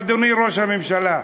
אדוני ראש הממשלה,